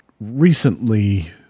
recently